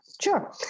Sure